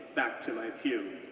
back to my pew.